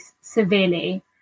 severely